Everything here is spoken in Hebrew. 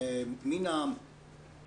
שנייה,